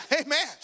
Amen